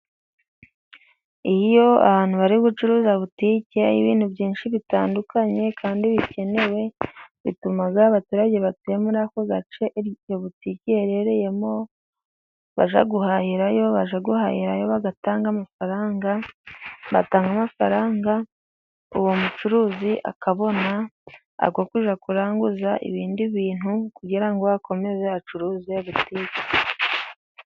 Iyo abantu bari gucuruza butike, ibintu byinshi bitandukanye kandi bikenewe bituma abaturage batuye muri ako gace iyo butike iherereyemo, bajya guhahirayo bajya guhahirayo, bajya guhahirayo bagatanga amafaranga, batanga amafaranga, uwo mucuruzi akabona ayo kujya kuranguza ibindi bintu kugira ngo akomeze acuruze butike.